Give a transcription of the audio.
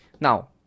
now